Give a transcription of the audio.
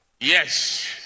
Yes